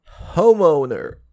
homeowner